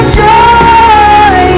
joy